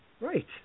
Right